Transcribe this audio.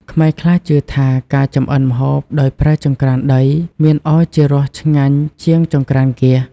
ខ្មែរខ្លះជឿថា ការចម្អិនម្ហូបដោយប្រើចង្ក្រានដីមានឱជារសឆ្ងាញ់ជាងចង្រ្កានហ្គាស។